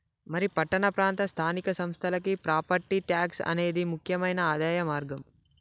మరి పట్టణ ప్రాంత స్థానిక సంస్థలకి ప్రాపట్టి ట్యాక్స్ అనేది ముక్యమైన ఆదాయ మార్గం